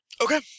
Okay